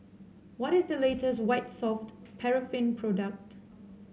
what is the latest White Soft Paraffin product